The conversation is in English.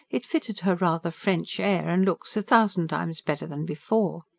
it fitted her rather french air and looks a thousand times better than before.